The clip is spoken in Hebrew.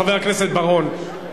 חבר הכנסת בר-און,